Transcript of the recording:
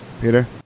Peter